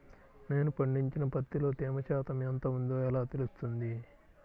నేను పండించిన పత్తిలో తేమ శాతం ఎంత ఉందో ఎలా తెలుస్తుంది?